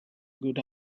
good